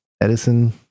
Edison